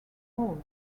all